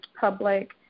public